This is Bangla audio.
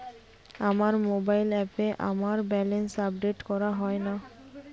আমার মোবাইল অ্যাপে আমার ব্যালেন্স আপডেট করা হয় না